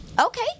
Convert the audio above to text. okay